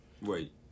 Wait